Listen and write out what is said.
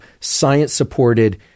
science-supported